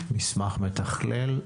מסמך מתכלל?